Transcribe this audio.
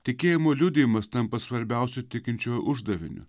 tikėjimo liudijimas tampa svarbiausiu tikinčiojo uždaviniu